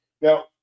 now